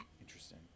Interesting